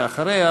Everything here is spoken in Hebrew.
ואחריה,